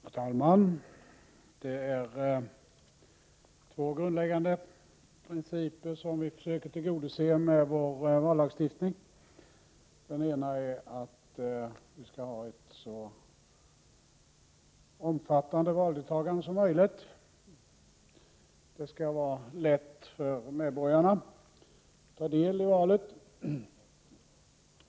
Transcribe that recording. Herr talman! Det är två grundläggande principer som skall tillgodoses med vallagstiftningen. Den ena principen är att valdeltagandet skall vara så omfattande som möjligt. Det skall vara lätt för medborgarna att ta del i valet.